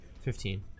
Fifteen